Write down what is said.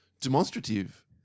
demonstrative